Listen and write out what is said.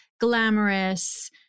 glamorous